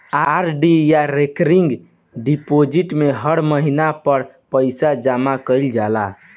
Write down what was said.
RD या recurring deposit में हर महिना पअ पईसा जमा कईल जाला